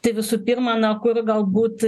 tai visų pirma na kur galbūt